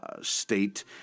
state